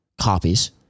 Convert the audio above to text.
copies